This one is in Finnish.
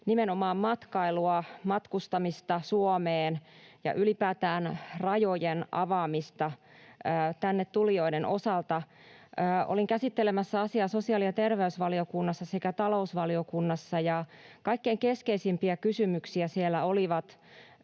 nimenomaan matkailua, matkustamista Suomeen ja ylipäätään rajojen avaamista tänne tulijoiden osalta. Olin käsittelemässä asiaa sosiaali- ja terveysvaliokunnassa sekä talousvaliokunnassa, ja kaikkein keskeisimpiä kysymyksiä siellä olivat,